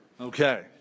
Okay